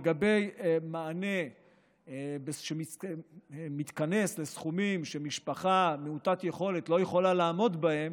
לגבי מענה שמתכנס לסכומים שמשפחה מעוטת יכולת לא יכולה לעמוד בהם,